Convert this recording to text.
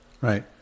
Right